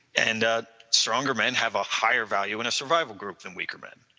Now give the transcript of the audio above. and ah stronger men have a higher value in a survival group than weaker men.